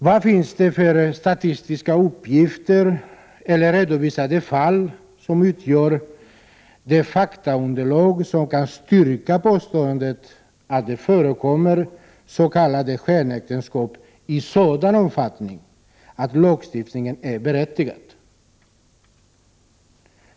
Vad finns det för statistiska uppgifter eller redovisade fall som utgör det faktaunderlag som kan styrka påståendet att det förekommer s.k. skenäktenskap i sådan omfattning att lagstiftningen är berättigad?